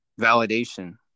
validation